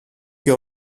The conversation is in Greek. και